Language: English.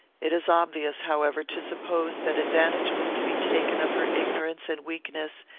it is obvious, however, to suppose that advantage was to be taken of her ignorance and weakness,